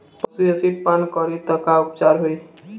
पशु एसिड पान करी त का उपचार होई?